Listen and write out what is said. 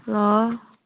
hello